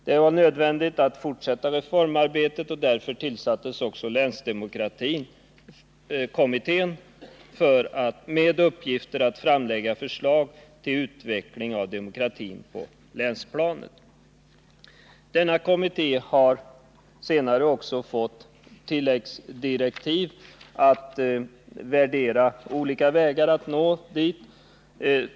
Det var nödvändigt att fortsätta reformarbetet, och därför tillsattes länsdemokratikommittén, med uppgift att framlägga förslag till utveckling av demokratin på länsplanet. Denna kommitté har senare också fått tilläggsdirektiv att värdera olika vägar att nå dit.